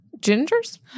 Ginger's